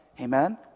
amen